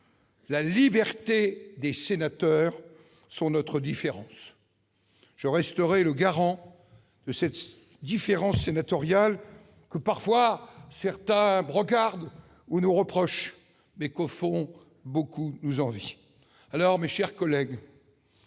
la liberté des sénateurs, telle est notre différence. Je resterai le garant de cette différence sénatoriale, que certains brocardent ou nous reprochent parfois, mais qu'au fond beaucoup nous envient. Mes chers collègues,